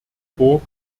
borg